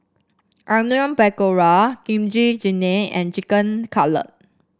Onion Pakora Kimchi Jjigae and Chicken Cutlet